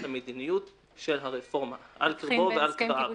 המדיניות של הרפורמה על קרבו ועל כרעיו.